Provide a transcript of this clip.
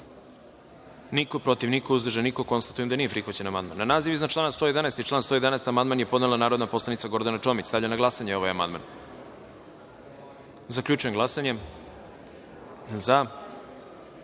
niko, protiv – niko, uzdržanih – nema. Konstatujem da nije prihvaćen amandman. Na naziv iznad člana 19. i član 19. amandman je podnela narodni poslanik Gordana Čomić. Stavljam na glasanje ovaj amandman. Zaključujem glasanje i